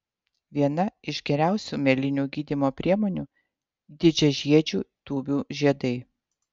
viena iš geriausių mėlynių gydymo priemonių didžiažiedžių tūbių žiedai